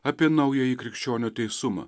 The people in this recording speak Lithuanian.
apie naująjį krikščionio teisumą